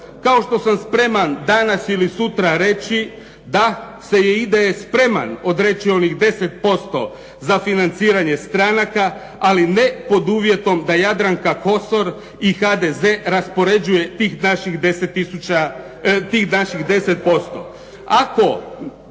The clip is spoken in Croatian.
kao što sam spreman danas ili sutra reći da se IDS spreman odreći onih 10% za financiranje stranaka, ali ne pod uvjetom da Jadranka Kosor i HDZ raspoređuje tih naših 10.